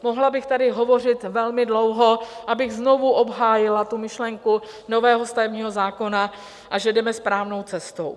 Mohla bych tady hovořit velmi dlouho, abych znovu obhájila myšlenku nového stavebního zákona a že jdeme správnou cestou.